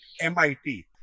MIT